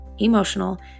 emotional